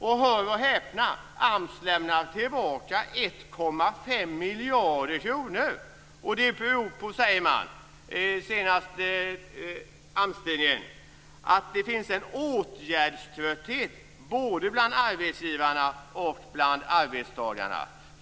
Och hör och häpna: AMS lämnar tillbaka 1,5 miljarder kronor! Det beror på, säger man i senaste AMS-tidningen, att det finns en åtgärdströtthet både bland arbetsgivarna och bland arbetstagarna.